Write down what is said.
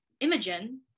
Imogen